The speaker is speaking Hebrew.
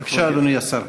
בבקשה, אדוני השר.